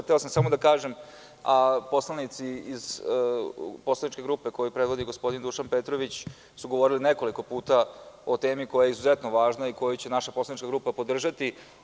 Hteo sam samo da kažem da su poslanici iz poslaničke grupe koju predvodi gospodin Dušan Petrović su govorili nekoliko puta o temi koja je izuzetno važna, i koju će naša poslanička grupa podržati.